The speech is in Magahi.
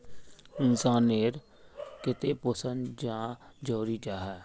इंसान नेर केते पोषण चाँ जरूरी जाहा?